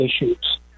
issues